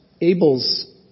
Abel's